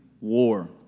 war